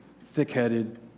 thick-headed